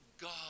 God